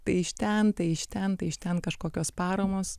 tai iš ten tai iš ten tai iš ten kažkokios paramos